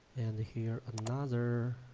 and here another